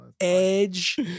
Edge